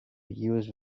use